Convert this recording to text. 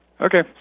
Okay